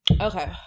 Okay